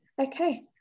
Okay